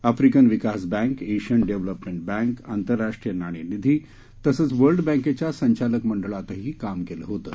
अफ्रिकनं विकास bank Asian development bank आंतरराष्ट्रीय नाणे निधी तसंच वर्ल्ड बँकच्या संचालक मंडळातही काम केलं होतं